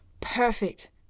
perfect